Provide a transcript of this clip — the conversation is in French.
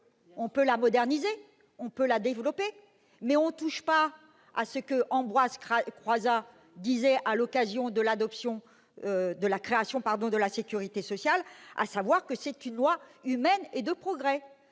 on peut la moderniser, la développer, mais on ne touche pas à ce qu'Ambroise Croizat qualifiait, à l'occasion de la création de la sécurité sociale, de « loi humaine et de progrès